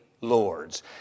lords